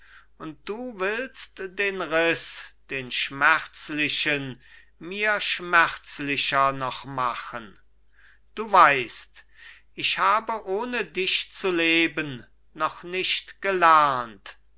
und du willst den riß den schmerzlichen mir schmerzlicher noch machen du weißt ich habe ohne dich zu leben noch nicht gelernt